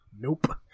Nope